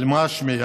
על מה שמיעה?